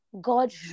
God